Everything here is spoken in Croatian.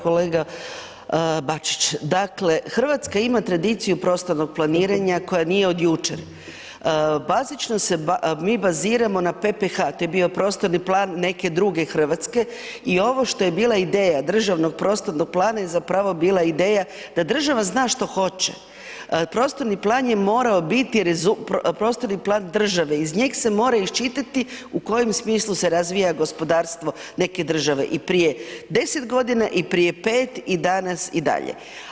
Kolega Bačić, dakle RH ima tradiciju prostornog planiranja koja nije od jučer, bazično se mi baziramo na PPH, to je bio prostorni plan neke druge RH i ovo što je bila ideja državnog prostornog plana je zapravo bila ideja da država zna što hoće, prostorni plan je morao biti prostorni plan države, iz njeg se mora isčitati u kojem smislu se razvija gospodarstvo neke države i prije 10.g. i prije 5 i danas i dalje.